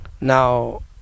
Now